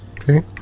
Okay